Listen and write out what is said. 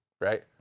right